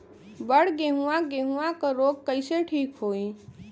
बड गेहूँवा गेहूँवा क रोग कईसे ठीक होई?